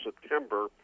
September